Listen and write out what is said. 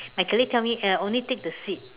my colleague tell me uh only take the seed